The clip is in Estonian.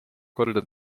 korda